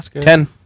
Ten